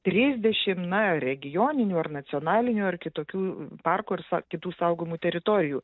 trisdešim na regioninių ar nacionalinių ar kitokių parkų ar sa kitų saugomų teritorijų